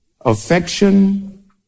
affection